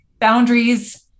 boundaries